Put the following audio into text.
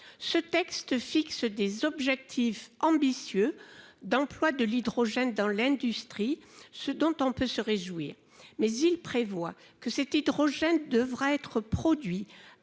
Ce texte fixe des objectifs ambitieux d'emploi de l'hydrogène dans l'industrie, ce dont on peut se réjouir, mais il prévoit que cet hydrogène devra être produit